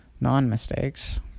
non-mistakes